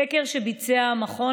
סקר שביצע מכון